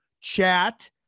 chat